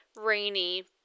rainy